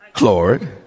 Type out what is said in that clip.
Lord